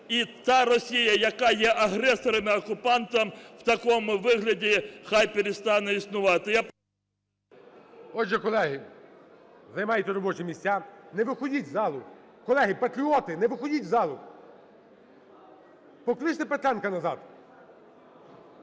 і та Росія, яка є агресором і окупантом, в такому вигляді хай перестане існувати. ГОЛОВУЮЧИЙ. Отже, колеги, займайте робочі місця. Не виходіть з залу. Колеги-патріоти, не виходіть з залу! Покличте Петренка назад.